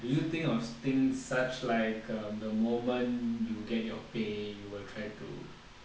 do you think of things such like the moment you can your pay you will try to